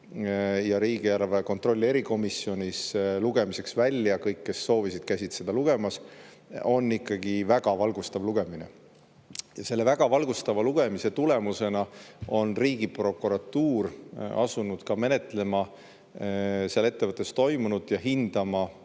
ja riigieelarve kontrolli erikomisjonis lugemiseks, kõik, kes soovisid, käisid seda lugemas –, on ikkagi väga valgustav lugemine. Ja selle väga valgustava lugemise tulemusena on Riigiprokuratuur asunud seal ettevõttes toimunut menetlema